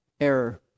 error